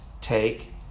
take